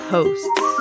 Hosts